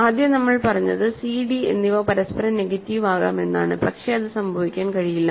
ആദ്യം നമ്മൾ പറഞ്ഞത് സി ഡി എന്നിവ പരസ്പരം നെഗറ്റീവ് ആകാം എന്നാണ്പക്ഷെ അത് സംഭവിക്കാൻ കഴിയില്ല